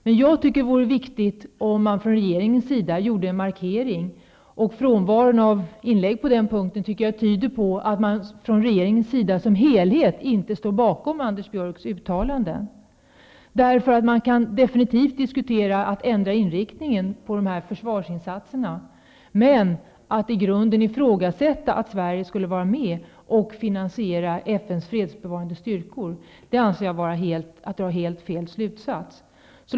Jag tycker att det vore viktigt att man från regeringens sida gjorde en markering. Frånvaron av inlägg på den punkten tyder på att regeringen som helhet inte står bakom Anders Björcks uttalanden. Man kan definitivt diskutera att ändra inriktningen på dessa försvarsinsatser. Men att i grunden ifrågasätta att Sverige skulle vara med och finansiera FN:s fredsbevarande styrkor anser jag vara att dra helt fel slutsats.